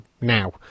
now